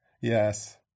Yes